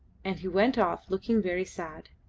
and he went off looking very sad.